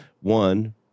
one